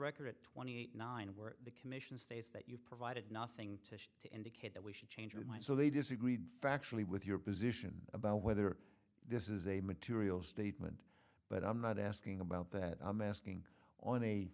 record at twenty nine where the commission states that you've provided nothing to show that we should change your mind so they disagreed factually with your position about whether this is a material statement but i'm not asking about that i'm asking on a